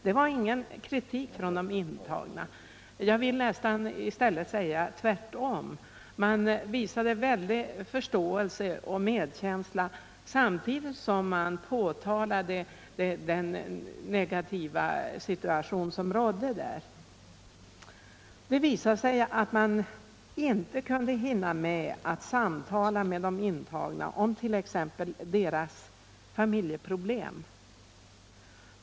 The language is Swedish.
Det var ingen kritik från de intagna, snarare tvärtom. De visade stor förståelse och medkänsla, samtidigt som de påtalade den negativa situation som rådde. Det visade sig att personalen inte hann med att samtala med de intagna om t.ex. deras familjeproblem.